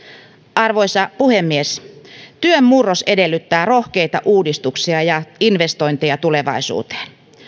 arvoisa puhemies työn murros edellyttää rohkeita uudistuksia ja investointeja tulevaisuuteen